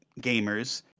gamers